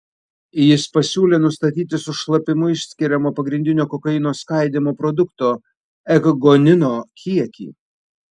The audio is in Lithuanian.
jis pasiūlė nustatyti su šlapimu išskiriamo pagrindinio kokaino skaidymo produkto ekgonino kiekį